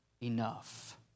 enough